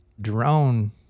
drone